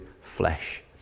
flesh